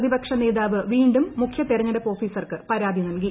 പ്രതിപക്ഷ നേതാവ് വീണ്ടും മുഖ്യ തെരഞ്ഞെടുപ്പ് ഓഫീസർക്ക് പരാതി നൽകി